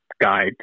guide